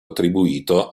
attribuito